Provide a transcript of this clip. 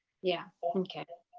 yeah okay.